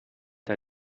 der